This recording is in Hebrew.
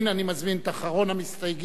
אני מזמין את אחרון המסתייגים,